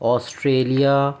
Australia